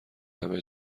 همه